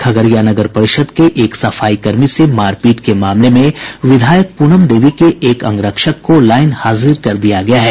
खगड़िया नगर परिषद के एक सफाईकर्मी से मारपीट के मामले में विधायक पूनम देवी के एक अंगरक्षक को लाईन हाजिर कर दिया गया है